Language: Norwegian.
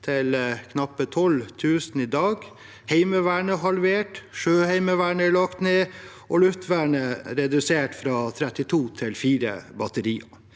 til knappe 12 000 i dag. Heimevernet er halvert, Sjøheimevernet er lagt ned, og Luftvernet er redusert fra 32 til 4 batterier.